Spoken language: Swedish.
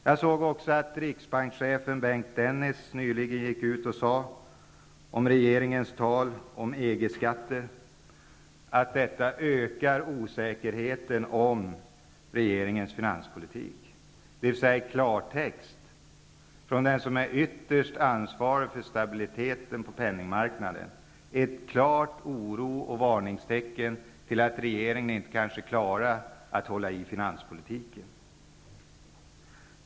Jag såg också att riksbankschefen Bengt Dennis nyligen gick ut och sade att regeringens tal om EG skatter ökar osäkerheten om regeringens finanspolitik. Det innebär ett klart tecken på oro och en varning för att regeringen kanske inte klarar att hålla i finanspolitiken, från den som är ytterst ansvarig för stabiliteten på penningmarknaden.